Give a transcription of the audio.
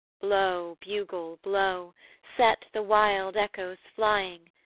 blow, bugle, blow set the wild echoes flying,